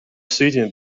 sitting